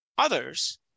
others